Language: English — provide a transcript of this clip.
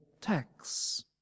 tax